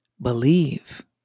Believe